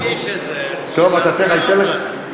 אתה בכוונה מדגיש את זה, כדי לעורר אותנו.